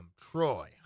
Troy